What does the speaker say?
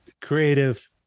creative